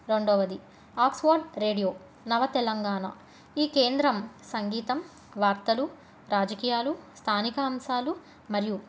రెండవది Oxford radio Nava Telangana ఈ కేంద్రం సంగీతం వార్తలు రాజకీయాలు స్థానిక అంశాలు మరియు